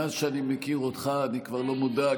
מאז שאני מכיר אותך אני כבר לא מודאג,